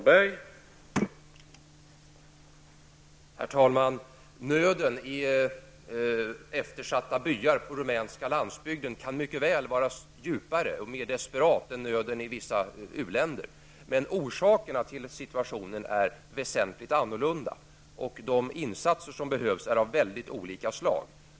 Herr talman! Nöden i eftersatta byar på rumänska landsbygden kan mycket väl vara djupare och mer desperat än nöden i vissa u-länder, men orsakerna till situationen är väsentligt annorlunda, och de insatser som behövs är av väldigt olika slag.